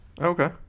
Okay